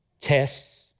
Tests